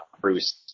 Bruce